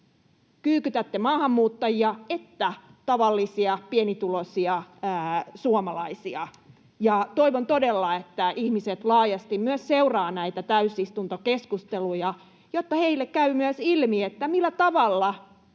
kyykytätte sekä maahanmuuttajia että tavallisia pienituloisia suomalaisia. Toivon todella, että ihmiset laajasti seuraavat myös näitä täysistuntokeskusteluja, jotta heille myös käy ilmi, millä tavalla